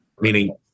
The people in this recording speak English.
Meaning